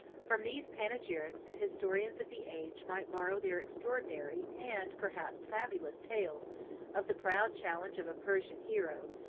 from these panegyrics the historians of the age might borrow their extraordinary, and, perhaps, fabulous tales of the proud challenge of a persian hero,